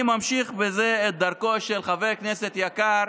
אני ממשיך בזה את דרכו של חבר כנסת יקר